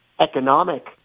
economic